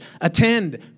Attend